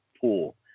pool